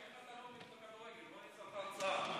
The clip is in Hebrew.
כדורגל, בוא נפתח כדורסל.